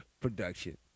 production